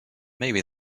maybe